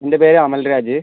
എൻ്റെ പേര് അമൽരാജ്